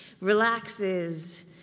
relaxes